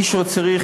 מי שצריך קוד,